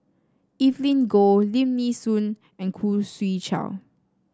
Evelyn Goh Lim Nee Soon and Khoo Swee Chiow